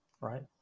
right